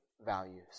values